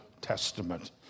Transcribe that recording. Testament